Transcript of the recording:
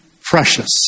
precious